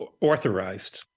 Authorized